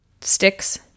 Sticks